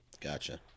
Gotcha